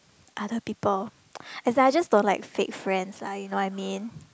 other people as I just don't like fake friends I you know what I mean